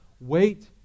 Wait